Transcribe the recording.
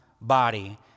body